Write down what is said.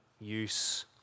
use